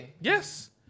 Yes